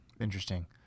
Interesting